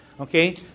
Okay